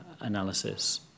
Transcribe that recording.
analysis